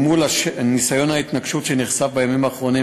מול ניסיון ההתנקשות שנחשף בימים האחרונים,